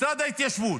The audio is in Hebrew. משרד ההתיישבות,